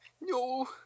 No